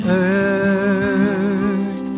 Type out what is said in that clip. earth